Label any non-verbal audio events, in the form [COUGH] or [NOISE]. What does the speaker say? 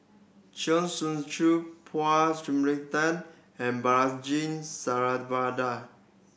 Chong Tze Chien Paul [UNINTELLIGIBLE] and Balaji [UNINTELLIGIBLE]